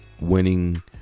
winning